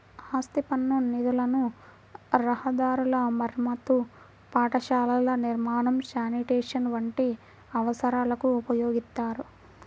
ఆస్తి పన్ను నిధులను రహదారుల మరమ్మతు, పాఠశాలల నిర్మాణం, శానిటేషన్ వంటి అవసరాలకు ఉపయోగిత్తారు